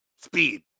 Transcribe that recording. Speed